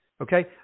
okay